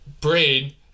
brain